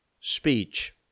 speech